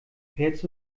herz